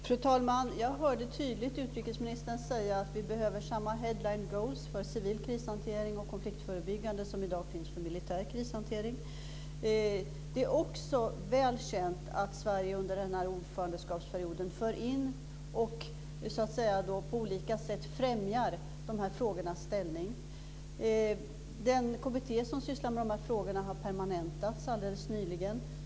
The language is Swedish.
Fru talman! Jag hörde tydligt utrikesministern säga att vi behöver samma headline goals för civil krishantering och konfliktförebyggande som i dag finns för militär krishantering. Det är också väl känt att Sverige under den här ordförandeskapsperioden för in och på olika sätt främjar de här frågornas ställning. Den kommitté som sysslar med frågorna har alldeles nyligen permanentats.